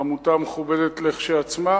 עמותה מכובדת כשלעצמה,